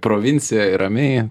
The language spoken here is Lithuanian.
provincijoj ramiai